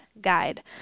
guide